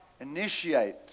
initiate